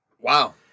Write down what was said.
Wow